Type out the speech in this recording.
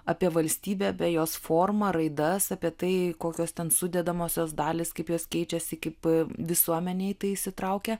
apie valstybę bei jos formą raidas apie tai kokios ten sudedamosios dalys kaip jos keičiasi kaip visuomenė į tai įsitraukia